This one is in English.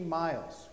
miles